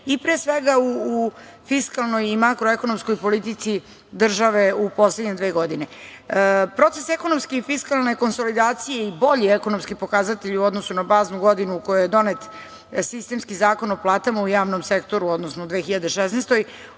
i, pre svega, u fiskalnoj i makroekonomskoj politici države u poslednje dve godine. Proces ekonomske i fiskalne konsolidacije i bolji ekonomski pokazatelji u odnosu na baznu godinu u kojoj je donet sistemski zakon o platama u javnom sektoru, odnosno u 2016.